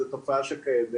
זו תופעה שקיימת,